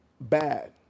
bad